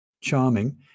charming